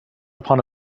upon